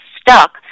stuck